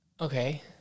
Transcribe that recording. Okay